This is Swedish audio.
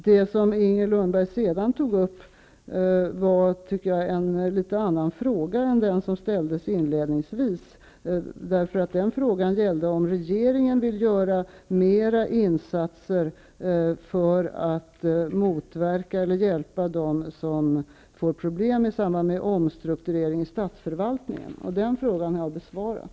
Det som Inger Lundberg sedan tog upp var, tycker jag, en något annorlunda fråga än den som ställdes inledningsvis, för den ursprungliga frågan gällde om regeringen vill hjälpa dem som får problem i samband med omstrukture ring inom statsförvaltningen. Den frågan har jag besvarat.